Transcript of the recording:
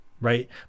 right